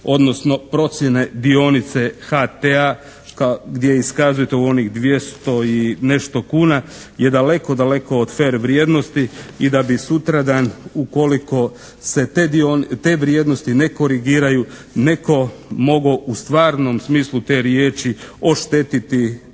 odnosno procjene dionice HT-a gdje iskazujete u onih dvjesto i nešto kuna je daleko, daleko od fer vrijednosti i da bi sutradan ukoliko se te vrijednosti ne korigiraju netko mogao u stvarnom smislu te riječi oštetiti